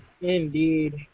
Indeed